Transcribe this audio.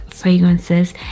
fragrances